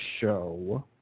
show